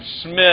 Smith